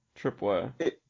Tripwire